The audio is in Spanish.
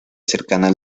cercana